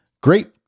Great